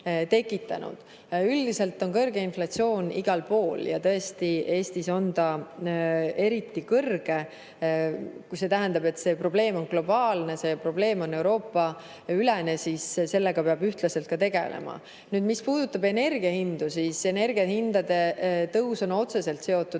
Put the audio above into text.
Üldiselt on inflatsioon kõrge igal pool ja Eestis on ta tõesti eriti kõrge. Kui see tähendab, et see probleem on globaalne, see probleem on Euroopa-ülene, siis sellega peab ühtlaselt ka tegelema. Mis puudutab energiahindu, siis nende tõus on otseselt seotud